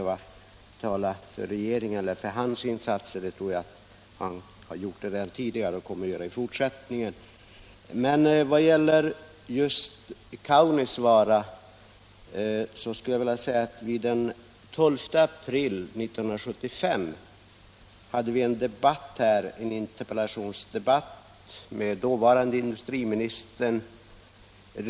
Vad gäller Kaunisvaara vill jag säga att vi den 12 februari i år hade en interpellationsdebatt med dåvarande industriministern.